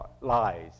lies